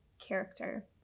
character